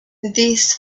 these